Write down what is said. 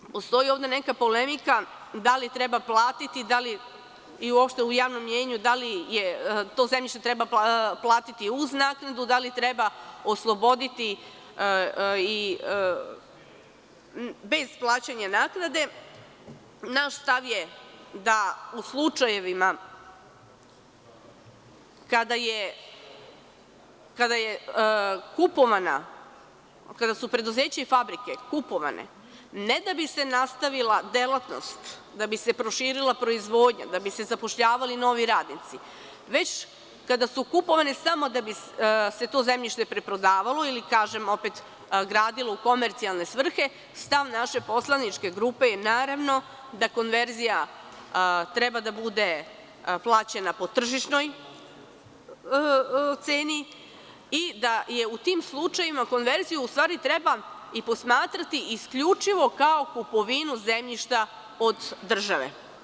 Sada postoji ovde neka polemika da li treba platiti, uopšte u javnom mnjenju, da li to zemljište treba platiti uz naknadu, da li treba osloboditi i bez plaćanja naknade, naš stav je da u slučajevima kada su preduzeća i fabrike kupovane ne da bi se nastavila delatnost, da bi se proširila proizvodnja, da bi se zapošljavali novi radnici, već kada su kupovane samo da bi se to zemljište preprodavalo ili kažem opet, gradilo u komercijalne svrhe, stav naše poslaničke grupe je naravno da konverzija treba da bude plaćena po tržišnoj ceni i da je u tim slučajevima konverziju u stvari treba posmatrati isključivo kao kupovinu zemljišta od države.